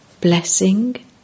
Blessing